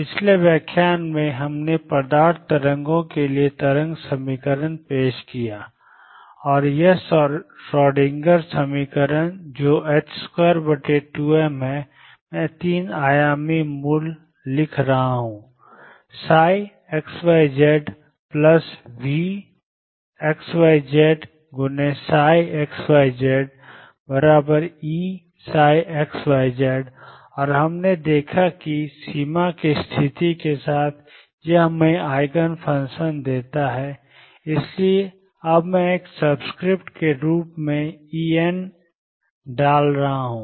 पिछले व्याख्यान में हमने पदार्थ तरंगों के लिए तरंग समीकरण पेश किया था और यह श्रोडिंगर समीकरण जो 22m है मैं 3 आयामी मूल लिख रहा हूँ ψxyz VxyzxyzEψxyz और हमने देखा कि सीमा की स्थिति के साथ यह हमें आइगन फ़ंक्शन देता है इसलिए अब मैं एक सबस्क्रिप्ट के रूप में En एन डाल रहा हूं